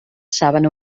saben